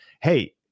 hey